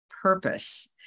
purpose